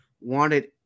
wanted